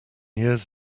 years